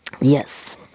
Yes